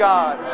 God